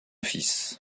fils